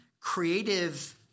creative